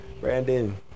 Brandon